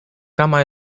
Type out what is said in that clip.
kama